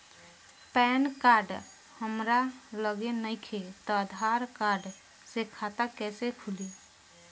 Pan card हमरा लगे नईखे त आधार कार्ड से खाता कैसे खुली?